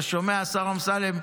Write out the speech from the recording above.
אתה שומע, השר אמסלם?